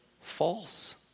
false